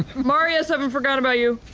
marius, i haven't forgotten about you.